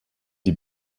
die